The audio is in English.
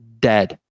dead